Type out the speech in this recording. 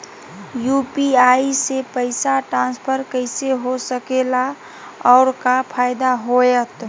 UPI से पैसा transfer कैसे हो सके ला और का फायदा होएत?